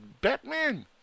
Batman